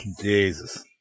Jesus